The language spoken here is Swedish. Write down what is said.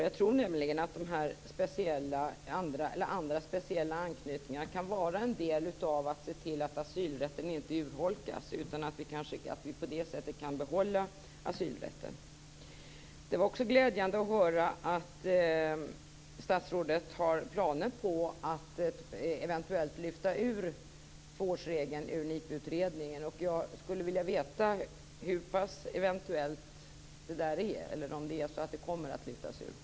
Jag tror nämligen att andra speciella anknytningar kan vara en del av att se till att asylrätten inte urholkas, utan att vi på det sättet kan behålla asylrätten. Det var också glädjande att höra att statsrådet har planer på att eventuellt lyfta ut tvåårsregeln ur NIPU utredningen. Jag skulle vilja veta hur pass eventuellt det är, eller om det är så att det kommer att lyftas ut.